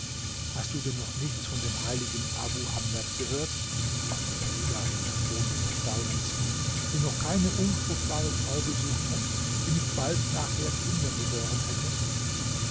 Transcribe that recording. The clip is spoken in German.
hast du denn noch nichts von dem heiligen abu hamlat gehört fragte dalilah im ton des erstaunens den noch keine unfruchtbare frau besucht hat die nicht bald nachher kinder geboren hätte